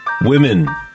Women